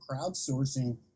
crowdsourcing